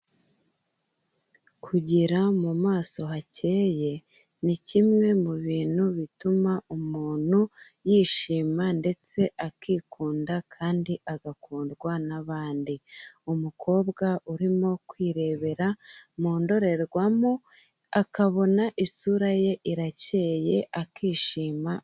Kugira mu maso hakeye ni kimwe mu bintu bituma umuntu yishima ndetse akikunda kandi agakundwa n'abandi. Umukobwa urimo kwirebera mu ndorerwamo akabona isura ye irakeye akishima.